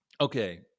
Okay